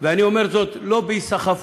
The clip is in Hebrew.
ואני אומר זאת לא בהיסחפות,